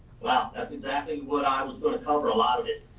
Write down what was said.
well, that's exactly what i was going to cover, a lot of it.